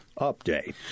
update